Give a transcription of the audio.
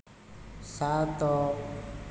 ସାତ